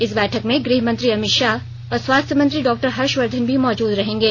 इस बैठक में गृह मंत्री अमित शाह और स्वास्थ्य मंत्री डॉ हर्षवर्द्वन भी मौजूद रहेंगे